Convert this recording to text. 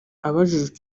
abajijwe